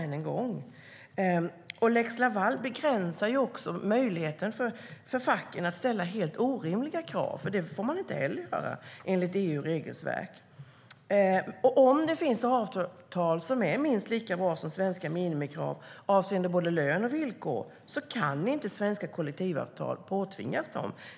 Lex Laval begränsar också möjligheten för facken att ställa helt orimliga krav. Det får man inte heller göra, enligt EU:s regelverk. Om det finns avtal som är minst lika bra som svenska minimikrav avseende både lön och villkor kan inte svenska kollektivavtal påtvingas företagen.